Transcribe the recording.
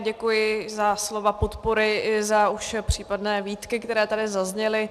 Děkuji za slova podpory i za už případné výtky, které tady zazněly.